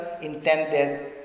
intended